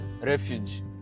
refuge